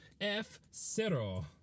F-Zero